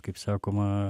kaip sakoma